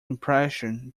impression